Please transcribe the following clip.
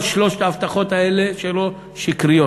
כל שלוש ההבטחות האלה שלו שקריות,